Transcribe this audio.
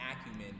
acumen